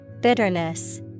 Bitterness